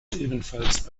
ebenfalls